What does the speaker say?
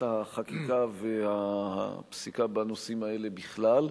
החקיקה והפסיקה בנושאים האלה בכלל,